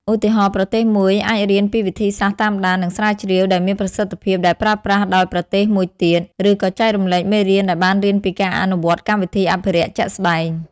ឧទាហរណ៍ ប្រទេសមួយអាចរៀនពីវិធីសាស្ត្រតាមដាន និងស្រាវជ្រាវដែលមានប្រសិទ្ធភាពដែលប្រើប្រាស់ដោយប្រទេសមួយទៀត ឬក៏ចែករំលែកមេរៀនដែលបានរៀនពីការអនុវត្តកម្មវិធីអភិរក្សជាក់ស្តែង។